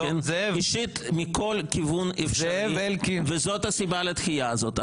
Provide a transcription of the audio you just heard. אישית מכל כיוון אפשרי וזאת הסיבה לדחייה הזאת.